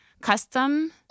custom